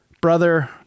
brother